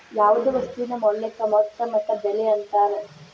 ಯಾವ್ದ್ ವಸ್ತುವಿನ ಮೌಲ್ಯಕ್ಕ ಮೊತ್ತ ಇಲ್ಲ ಬೆಲೆ ಅಂತಾರ